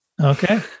Okay